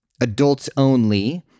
adults-only